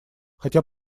хотя